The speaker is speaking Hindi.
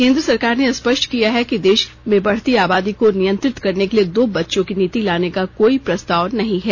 केंद्र सरकार ने स्पष्ट किया है कि देश में बढती आबादी को नियंत्रित करने के लिए दो बच्चों की नीति लाने का कोई प्रस्ताव नहीं है